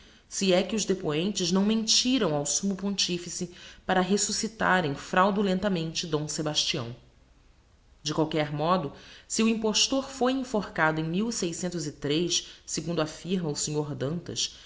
se é que os depoentes não mentiram ao summo pontifice para resuscitarem fraudulentamente d sebastião de qualquer modo se o impostor foi enforcado em segundo affirma o snr dantas